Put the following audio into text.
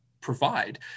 provide